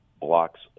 blocks